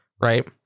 right